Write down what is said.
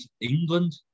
England